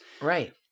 Right